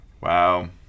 Wow